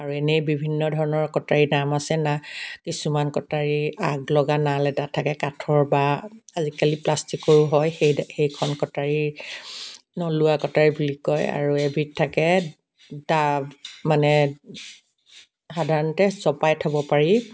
আৰু এনেই বিভিন্ন ধৰণৰ কটাৰীৰ নাম আছে না কিছুমান কটাৰীৰ আগ লগা নাল এটাত থাকে কাঠৰ বা আজিকালি প্লাষ্টিকৰো হয় সেইখন কটাৰীৰ নলোৱা কটাৰী বুলি কয় আৰু এবিধ থাকে দা মানে সাধাৰণতে চপাই থ'ব পাৰি